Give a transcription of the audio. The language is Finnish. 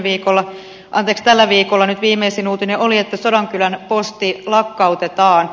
eli meillähän nyt tällä viikolla viimeisin uutinen oli että sodankylän posti lakkautetaan